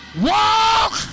Walk